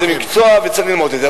זה מקצוע וצריך ללמוד את זה.